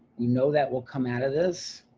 you know, that will come out of this.